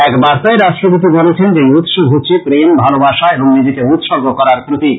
এক বার্তায় রাষ্ট্রপতি বলেছেন যে এই উৎসব হচ্ছে প্রেম ভালবাসা এবং নিজেকে উৎসর্গ করার প্রতিক